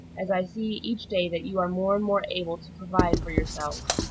as i see each day that you are more and more able to provide for yourselves.